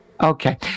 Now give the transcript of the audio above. Okay